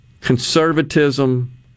conservatism